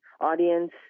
audience